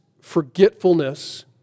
forgetfulness